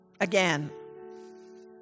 again